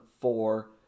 four